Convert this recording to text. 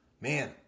Man